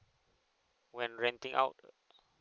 when renting out